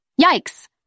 Yikes